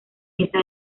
esa